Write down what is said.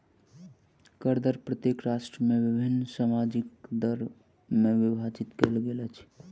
कर दर प्रत्येक राष्ट्र में विभिन्न सामाजिक दर में विभाजित कयल गेल अछि